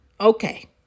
Okay